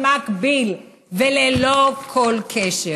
במקביל וללא כל קשר.